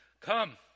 come